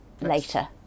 later